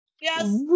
Yes